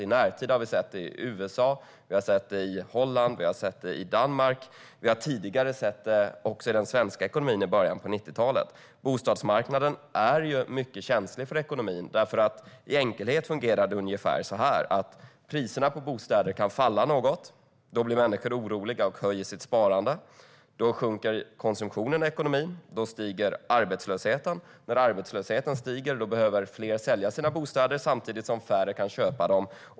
I närtid har vi sett det i USA, Holland och Danmark, och vi har också sett det i den svenska ekonomin i början av 90-talet. Bostadsmarknaden är en mycket känslig del av ekonomin. I enkelhet fungerar det ungefär så här: Priserna på bostäder kan falla något. Då blir människor oroliga och höjer sitt sparande. Då sjunker konsumtionen i ekonomin och arbetslösheten stiger. När arbetslösheten stiger behöver fler sälja sina bostäder, samtidigt som färre kan köpa dem.